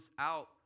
out